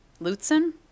Lutzen